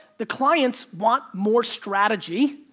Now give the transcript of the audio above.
the client's want more strategy,